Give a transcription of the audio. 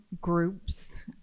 groups